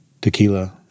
tequila